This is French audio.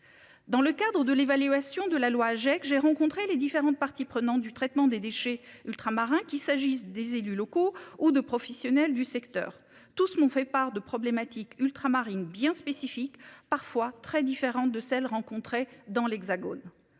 dans le cadre de l'évaluation de la loi j'ai que j'ai rencontré les différentes parties prenantes du traitement des déchets ultramarins qu'il s'agisse des élus locaux ou de professionnels du secteur. Tous m'ont fait part de problématiques ultramarines bien spécifiques, parfois très différentes de celles rencontrées dans l'Hexagone